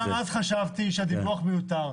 גם אז חשבתי שהדיווח מיותר.